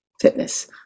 fitness